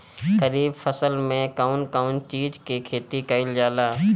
खरीफ फसल मे कउन कउन चीज के खेती कईल जाला?